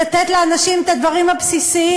לתת לאנשים את הדברים הבסיסיים,